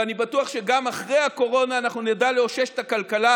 ואני בטוח שגם אחרי הקורונה אנחנו נדע לאושש את הכלכלה,